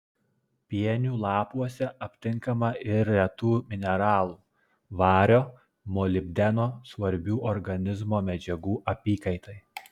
pienių lapuose aptinkama ir retų mineralų vario molibdeno svarbių organizmo medžiagų apykaitai